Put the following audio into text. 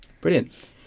brilliant